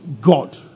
God